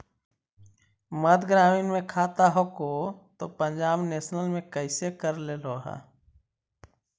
मध्य ग्रामीण मे खाता हको तौ पंजाब नेशनल पर कैसे करैलहो हे?